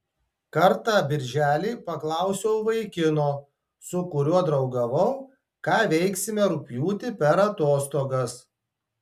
kartą birželį paklausiau vaikino su kuriuo draugavau ką veiksime rugpjūtį per atostogas